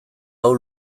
hau